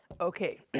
okay